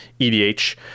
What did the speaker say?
EDH